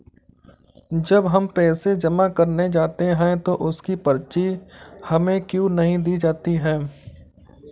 जब हम पैसे जमा करने जाते हैं तो उसकी पर्ची हमें क्यो नहीं दी जाती है?